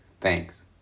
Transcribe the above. Thanks